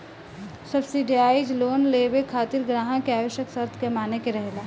subsidise loan लेबे खातिर ग्राहक के आवश्यक शर्त के माने के रहेला